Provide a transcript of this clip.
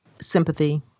sympathy